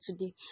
today